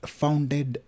founded